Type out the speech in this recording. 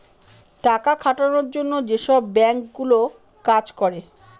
টাকা খাটানোর জন্য যেসব বাঙ্ক গুলো কাজ করে